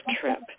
trip